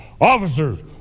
Officers